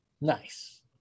Nice